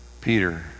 Peter